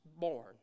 born